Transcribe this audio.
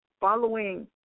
following